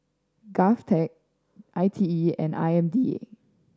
GovTech I T E and I M D A